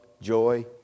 joy